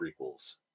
prequels